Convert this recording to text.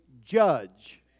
judge